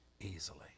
easily